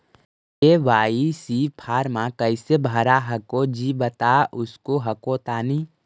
KYC फॉर्मा कैसे भरा हको जी बता उसको हको तानी?